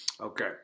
Okay